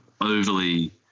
overly